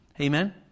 amen